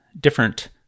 different